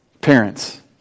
parents